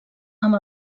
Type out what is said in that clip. amb